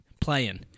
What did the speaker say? Playing